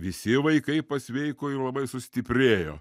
visi vaikai pasveiko ir labai sustiprėjo